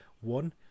one